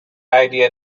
idea